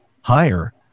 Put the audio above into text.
higher